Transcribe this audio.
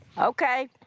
okay.